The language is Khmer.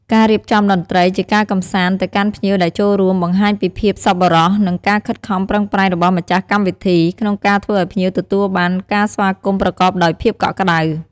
ការរៀបចំតន្ត្រីជាការកម្សាន្តទៅកាន់ភ្ញៀវដែលចូលរួម បង្ហាញពីភាពសប្បុរស និងការខិតខំប្រឹងប្រែងរបស់ម្ចាស់កម្មវិធី ក្នុងការធ្វើឱ្យភ្ញៀវទទួលបានការស្វាគមន៍ប្រកបដោយភាពកក់ក្ដៅ។